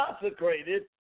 consecrated